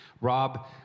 Rob